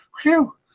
Phew